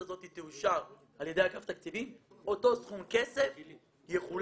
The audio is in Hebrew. הזו תאושר על ידי אגף התקציבים אותו סכום כסף יחולק,